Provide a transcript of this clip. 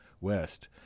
west